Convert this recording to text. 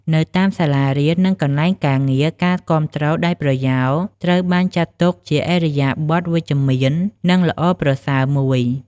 នៅតាមសាលារៀន និងកន្លែងការងារ ការគាំទ្រដោយប្រយោលត្រូវបានចាត់ទុកជាឥរិយាបថវិជ្ជមាន និងល្អប្រសើរមួយ។